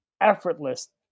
effortless